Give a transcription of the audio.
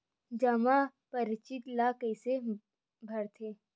जमा परची ल कइसे भरथे?